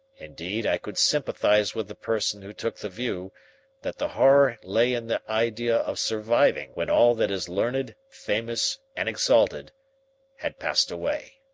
indeed, i could sympathize with the person who took the view that the horror lay in the idea of surviving when all that is learned, famous, and exalted had passed away.